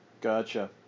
Gotcha